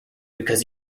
because